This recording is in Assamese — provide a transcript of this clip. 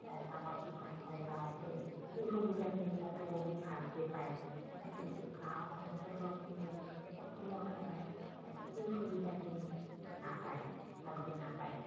ডাঙৰ দীঘল হয় বা সেই সেই সুবিধাখিনি তাতে বহুত ভালকৈ পায় কিন্তু গাঁও অঞ্চলৰখিনি প্ৰথমৰপৰাই সেই সুবিধাখিনি নাপায় ভালকৈ নাপায়